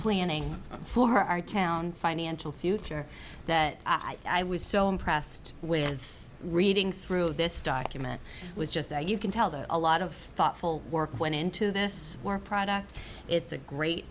planning for our town financial future that i was so impressed with reading through this document was just as you can tell that a lot of thoughtful work went into this war product it's a great